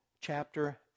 chapter